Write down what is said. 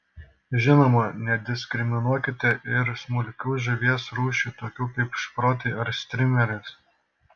žinoma nediskriminuokite ir smulkių žuvies rūšių tokių kaip šprotai ar strimelės